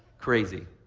crazy.